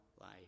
life